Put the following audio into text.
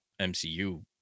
MCU